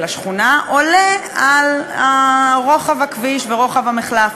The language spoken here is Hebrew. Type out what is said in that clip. השכונה עולה על רוחב הכביש ועל רוחב המחלף.